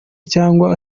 cyangwa